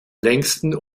längsten